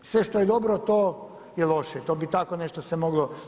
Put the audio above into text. Sve što je dobro to je loše i to bi tako nešto se moglo.